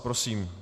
Prosím.